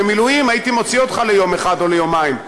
במילואים הייתי מוציא אותך ליום אחד או ליומיים.